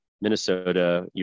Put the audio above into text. Minnesota